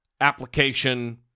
application